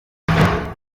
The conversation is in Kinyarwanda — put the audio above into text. aba